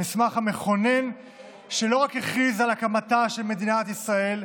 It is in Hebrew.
המסמך המכונן שלא רק הכריז על הקמתה של מדינת ישראל,